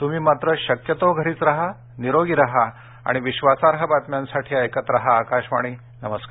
तुम्ही मात्र शक्यतो घरीच राहा निरोगी राहा आणि विश्वासार्ह बातम्यांसाठी ऐकत राहा आकाशवाणी नमस्कार